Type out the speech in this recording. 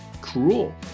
cruel